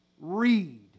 read